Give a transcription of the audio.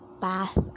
bath